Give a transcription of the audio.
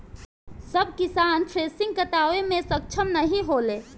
सब किसान थ्रेसिंग करावे मे सक्ष्म नाही होले